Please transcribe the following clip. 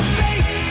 face